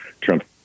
Trump